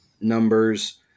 numbers